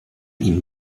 ihm